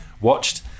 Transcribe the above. watched